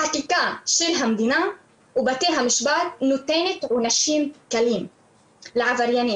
החקיקה של המדינה ובתי המשפט נותנים עונשים קלים לעבריינים.